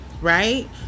Right